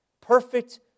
Perfect